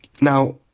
Now